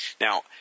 Now